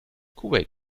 kuwait